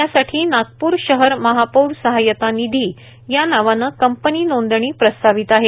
यासाठी नागपूर शहर महापौर सहायता निधी या नावाने कंपनी नोंदणी प्रस्तावित आहे